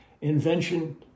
invention